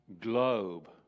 globe